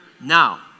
Now